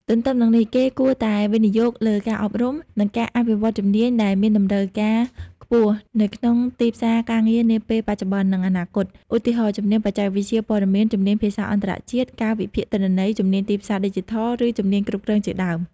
ទទ្ទឹមនឹងនេះ គេគួរតែវិនិយោគលើការអប់រំ និងការអភិវឌ្ឍជំនាញដែលមានតម្រូវការខ្ពស់នៅក្នុងទីផ្សារការងារនាពេលបច្ចុប្បន្ន និងអនាគត ឧទាហរណ៍ ជំនាញបច្ចេកវិទ្យាព័ត៌មាន ជំនាញភាសាអន្តរជាតិ ការវិភាគទិន្នន័យ ជំនាញទីផ្សារឌីជីថល ឬជំនាញគ្រប់គ្រងជាដើម។